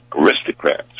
aristocrats